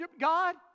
God